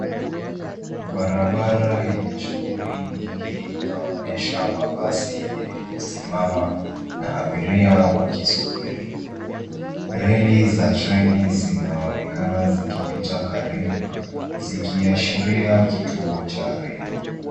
Barabara yenye shughuli nyingi inaonyesha mabasi yaliyosimama na abiria wakisubiri. Reli za treni zinaonekana zikipita karibu, zikiashiria kituo cha reli.